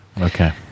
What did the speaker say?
Okay